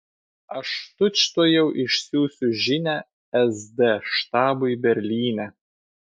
aš tučtuojau išsiųsiu žinią sd štabui berlyne